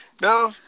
no